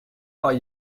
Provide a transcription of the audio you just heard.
are